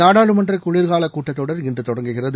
நாடாளுமன்ற குளிர் கால கூட்டத்தொடர் இன்று தொடங்குகிறது